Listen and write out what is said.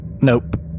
Nope